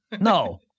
No